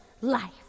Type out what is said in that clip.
life